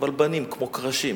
אבל בנים, כמו קרשים,